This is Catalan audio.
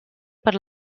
per